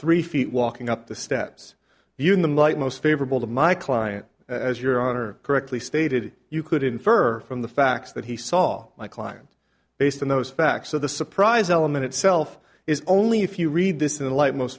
three feet walking up the steps you in the light most favorable to my client as your honor correctly stated you could infer from the facts that he saw my client based on those facts so the surprise element itself is only if you read this in the light most